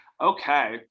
Okay